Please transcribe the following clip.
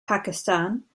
pakistan